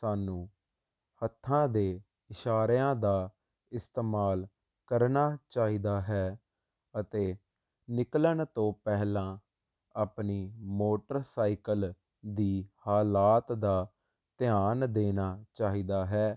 ਸਾਨੂੰ ਹੱਥਾਂ ਦੇ ਇਸ਼ਾਰਿਆਂ ਦਾ ਇਸਤੇਮਾਲ ਕਰਨਾ ਚਾਹੀਦਾ ਹੈ ਅਤੇ ਨਿਕਲਣ ਤੋਂ ਪਹਿਲਾਂ ਆਪਣੀ ਮੋਟਰ ਸਾਈਕਲ ਦੀ ਹਾਲਾਤ ਦਾ ਧਿਆਨ ਦੇਣਾ ਚਾਹੀਦਾ ਹੈ